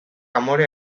amore